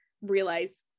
realize